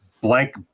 blank